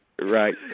Right